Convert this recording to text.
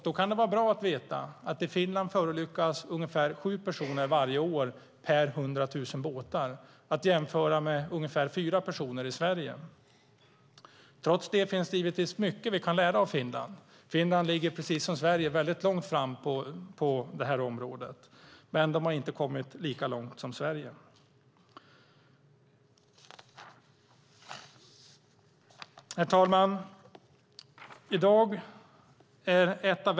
Då kan det vara bra att veta att i Finland förolyckas ungefär sju personer varje år per 100 000 fritidsbåtar, att jämföra med ungefär fyra personer i Sverige. Trots det finns det givetvis mycket som vi kan lära av Finland. Finland ligger precis som Sverige väldigt långt framme på det här området, men de har inte kommit lika långt som Sverige. Herr talman!